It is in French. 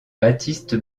baptiste